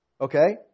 Okay